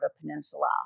Peninsula